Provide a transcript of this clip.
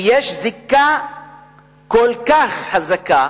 כי יש זיקה כל כך חזקה